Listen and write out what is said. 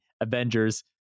Avengers